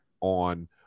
on